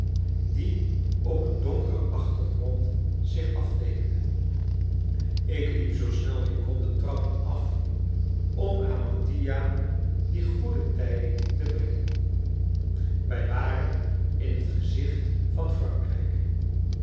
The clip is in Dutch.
die op een donkeren achtergrond zich afteekende ik liep zoo snel ik kon de trappen af om aan mattia die goede tijding te brengen wij waren in het gezicht van frankrijk